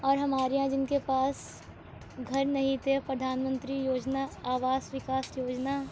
اور ہمارے یہاں جن کے پاس گھر نہیں تھے پردھان منتری یوجنا آواس وکاس یوجنا